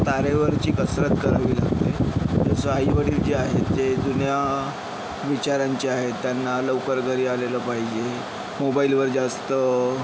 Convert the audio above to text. तारेवरची कसरत करावी लागते जसं आईवडील जे आहेत जे जुन्या विचारांचे आहेत त्यांना लवकर घरी आलेलं पाहिजे मोबाईलवर जास्त